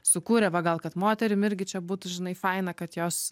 sukūrė va gal kad moterim irgi čia būtų žinai faina kad jos